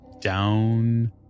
down